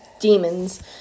demons